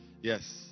Yes